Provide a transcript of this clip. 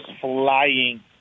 flying